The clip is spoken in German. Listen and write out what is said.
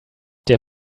der